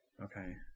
Okay